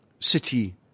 City